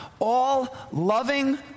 all-loving